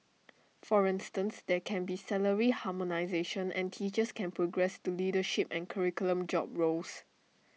for instance there can be salary harmonisation and teachers can progress to leadership and curriculum job roles